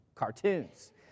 Cartoons